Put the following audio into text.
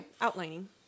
Outlining